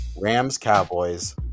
Rams-Cowboys